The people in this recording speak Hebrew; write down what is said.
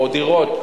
או דירות,